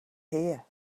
here